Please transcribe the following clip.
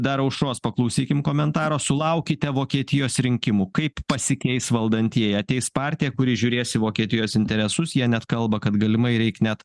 dar aušros paklausykim komentaro sulaukite vokietijos rinkimų kaip pasikeis valdantieji ateis partija kuri žiūrės į vokietijos interesus jie net kalba kad galimai reik net